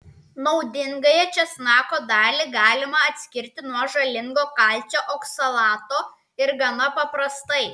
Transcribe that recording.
naudingąją česnako dalį galima atskirti nuo žalingo kalcio oksalato ir gana paprastai